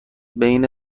بین